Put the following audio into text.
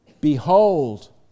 behold